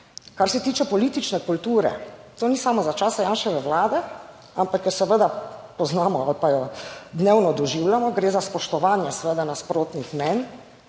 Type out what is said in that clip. Kar se tiče politične kulture, to ni samo za časa Janševe Vlade, ampak jo seveda poznamo ali pa jo dnevno doživljamo, gre za spoštovanje seveda nasprotnih mnenj.